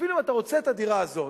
אפילו אם אתה רוצה את הדירה הזאת,